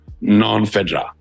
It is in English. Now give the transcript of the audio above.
non-federal